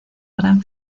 gran